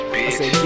Bitch